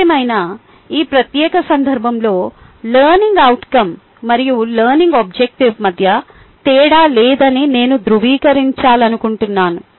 ఏదేమైనా ఈ ప్రత్యేక సందర్భంలో లెర్నింగ్ అవుట్కం మరియు లెర్నింగ్ ఆబ్జెక్టివ్ మధ్య తేడా లేదని నేను ధృవీకరించాలనుకుంటున్నాను